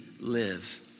lives